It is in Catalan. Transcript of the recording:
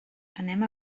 anem